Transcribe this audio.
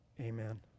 Amen